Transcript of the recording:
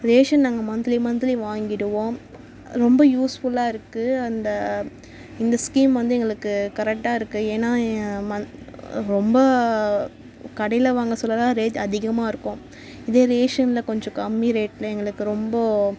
ration நாங்கள் monthly monthly வாங்கிவிடுவோம் ரொம்ப யூஸ்ஃபுல்லாக இருக்கும் அந்த இந்த ஸ்கீம் வந்து எங்களுக்கு கரெக்டாக இருக்கு ஏன்னா ரொம்ப கடையில் வாங்க சொல்லல்லாம் ரேட் அதிகமாக இருக்கும் இதே ரேஷனில் கொஞ்சம் கம்மி ரேட்டில் எங்களுக்கு ரொம்ப